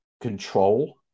control